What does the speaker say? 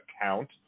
account